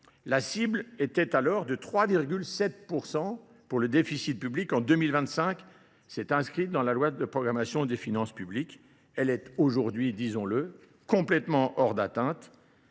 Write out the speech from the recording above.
La cible était alors de 3,7% pour le déficit public en 2025. C'est inscrit dans la loi de programmation des finances publiques. Elle est aujourd'hui, disons-le, complètement hors d'atteinte.